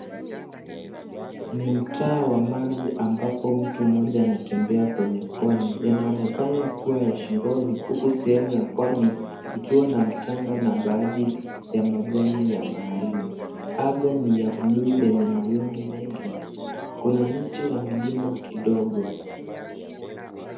Ni mtaa wa maji ambapo mtu mmoja anatembea kwenye Pwani. Yanaonekana kuwa ya shingoni huku sehemu ya Pwani ikiwa na mchanga na baadhi ya majani ya baharini. Anga ni ya buluu lenye mawingu mengi. Kuna miti na milima kidogo.